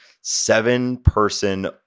seven-person